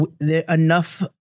Enough